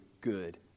good